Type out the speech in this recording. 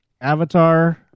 Avatar